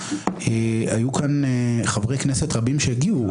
היו כאן חברי כנסת רבים שהגיעו.